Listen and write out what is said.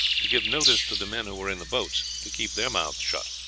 to give notice to the men who were in the boats, to keep their mouths shut.